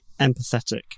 empathetic